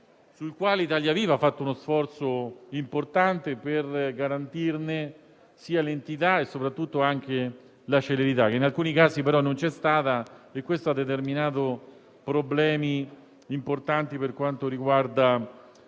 sul quale Italia Viva ha fatto uno sforzo importante per garantirne l'entità e soprattutto la celerità, che in alcuni casi però non c'è stata, determinando problemi importanti per quanto riguarda